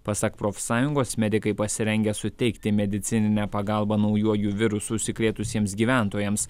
pasak profsąjungos medikai pasirengę suteikti medicininę pagalbą naujuoju virusu užsikrėtusiems gyventojams